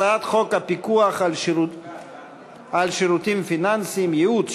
הצעת חוק הפיקוח על שירותים פיננסיים (ייעוץ,